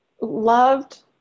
loved